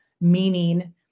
meaning